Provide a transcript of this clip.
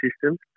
systems